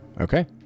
Okay